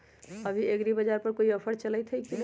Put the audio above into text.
अभी एग्रीबाजार पर कोई ऑफर चलतई हई की न?